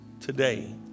today